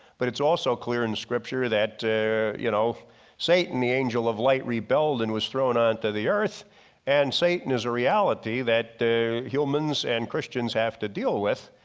but it's also clear in scripture that you know satan the angel of light rebelled and was thrown on to the earth and satan is a reality that humans and christians have to deal with.